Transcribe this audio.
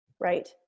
Right